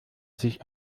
sich